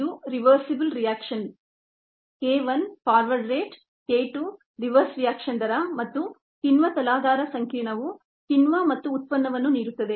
ಇದು reversible reaction k 1 forward rate k 2 reverse reaction ದರ ಮತ್ತು ಕಿಣ್ವ ತಲಾಧಾರ ಸಂಕೀರ್ಣವು ಕಿಣ್ವ ಮತ್ತು ಉತ್ಪನ್ನವನ್ನು ನೀಡುತ್ತದೆ